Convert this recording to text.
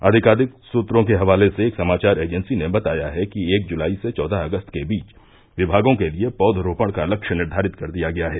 आधिकारिक सूत्रों के हवाले से एक समाचार एजेंसी ने बताया है कि एक जुलाई से चौदह अगस्त के बीच विभागों के लिये पौधरोपड़ का लक्ष्य निर्घारित कर दिया गया है